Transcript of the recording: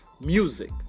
music